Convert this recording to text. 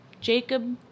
Jacob